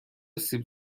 سیب